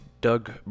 Doug